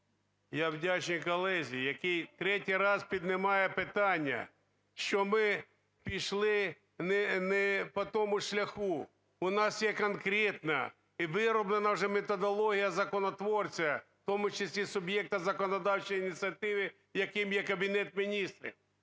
Я вдячний колезі, який третій раз піднімає питання, що ми пішли не по тому шляху, у нас є конкретна і вироблена вже методологія законотворця, в тому числі суб'єкта законодавчої ініціативи, яким є Кабінет Міністрів,